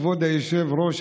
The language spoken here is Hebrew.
כבוד היושב-ראש,